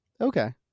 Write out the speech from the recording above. Okay